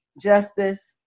Justice